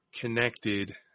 connected